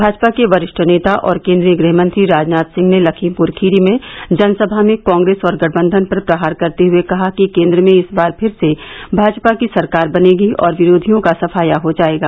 भाजपा के वरिष्ठ नेता और केन्द्रीय गृहमंत्री राजनाथ सिंह ने लखीमपुर खीरी में जनसभा में कांग्रेस और गठबंधन पर प्रहार करते हुए कहा कि केन्द्र में इस बार फिर से भाजपा की सरकार बनेगी और विरोधियों का सफाया हो जायेगा